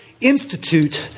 institute